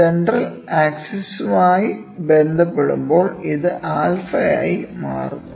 central ആക്സിസുമായി ബന്ധപ്പെടുമ്പോൾ ഇത് ആൽഫയായി 𝞪 മാറുന്നു